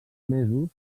mesos